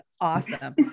awesome